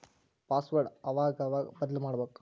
password ಅವಾಗವಾಗ ಬದ್ಲುಮಾಡ್ಬಕು